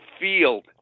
field